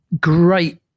great